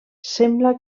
sembla